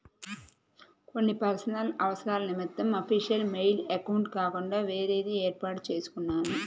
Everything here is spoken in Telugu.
కొన్ని పర్సనల్ అవసరాల నిమిత్తం అఫీషియల్ మెయిల్ అకౌంట్ కాకుండా వేరేది వేర్పాటు చేసుకున్నాను